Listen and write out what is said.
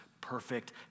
perfect